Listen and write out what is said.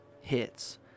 hits